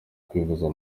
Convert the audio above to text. kwivuza